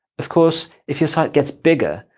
of course, if your site gets bigger,